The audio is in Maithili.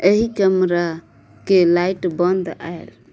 एही कमराके लाइट बन्द आयल